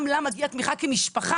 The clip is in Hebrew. גם לה מגיע תמיכה כמשפחה,